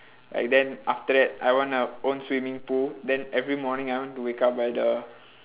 like then after that I wanna own swimming pool then every morning I want to wake up by the